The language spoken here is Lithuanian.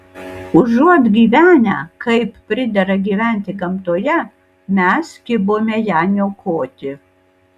užuot gyvenę kaip pridera gyventi gamtoje mes kibome ją niokoti